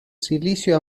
silicio